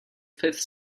fifth